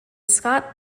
scott